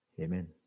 Amen